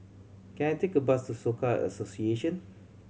can I take a bus to Soka Association